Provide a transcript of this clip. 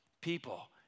people